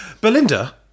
Belinda